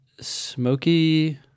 smoky